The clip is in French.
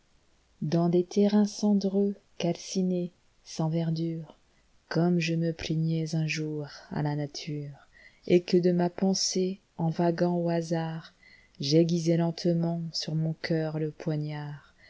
dans des terrains cendreux calcinés sans verdure comme je me plaignais un jour à la nature et que de ma pensée en vaguant au hasard j'aiguisais lentement sur mon cœur le poignard